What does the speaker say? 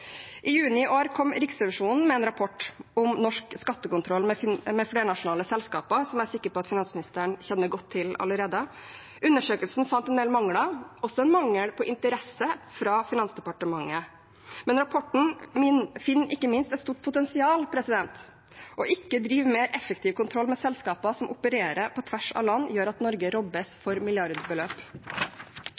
I juni i år kom Riksrevisjonen med en rapport om norsk skattekontroll med flernasjonale selskaper, som jeg er sikker på at finansministeren kjenner godt til allerede. Undersøkelsen fant en del mangler – også en mangel på interesse fra Finansdepartementet. Men rapporten finner ikke minst et stort potensial. Det å ikke drive mer effektiv kontroll med selskaper som opererer på tvers av land, gjør at Norge robbes for milliardbeløp.